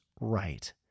right